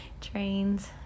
trains